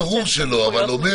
ברור שלא.